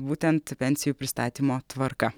būtent pensijų pristatymo tvarka